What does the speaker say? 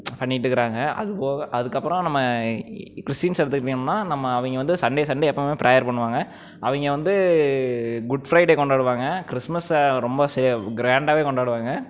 பண்ணிகிட்டுக்கறாங்க அதுபோக அதுக்கப்புறம் நம்ம கிறிஸ்டியன்ஸ் எடுத்துக்கிட்டோம்னால் நம்ம அவங்க வந்து சன்டே சன்டே எப்போவுமே பிரேயர் பண்ணுவாங்க அவங்க வந்து குட் ஃப்ரைடே கொண்டாடுவாங்க கிறிஸ்மஸ்ஸை ரொம்ப கிராண்டாகவே கொண்டாடுவாங்க